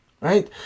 right